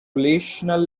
relational